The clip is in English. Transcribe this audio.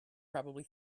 probably